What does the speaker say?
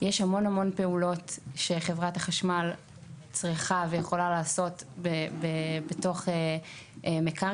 יש המון המון פעולות שחברת החשמל צריכה ויכולה לעשות בתוך מקרקעין,